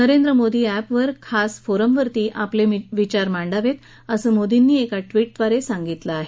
नरेंद्र मोदी अखिरील खास फोरमवर आपले विचार मांडावेत असं मोदींनी एका ट्विटद्वारे सांगितलं आहे